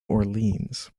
orleans